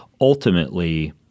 Ultimately